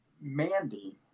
Mandy